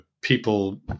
people